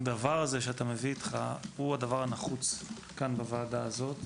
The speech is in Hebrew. הדבר הזה שאתה מביא איתך הוא הדבר הנחוץ כאן בוועדה הזאת.